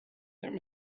there